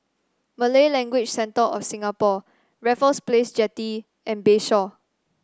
Malay Language Centre of Singapore Raffles Place Jetty and Bayshore